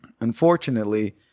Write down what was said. Unfortunately